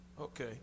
Okay